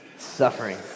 suffering